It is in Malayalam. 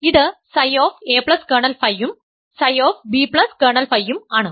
ഇത് Ψ a കേർണൽ Φ ഉം Ψ b കേർണൽ Φ ഉം ആണ്